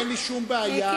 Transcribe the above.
אין לי שום בעיה,